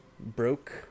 broke